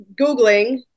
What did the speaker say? googling